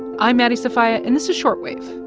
i'm maddie sofia. and this is short wave,